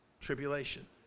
Tribulation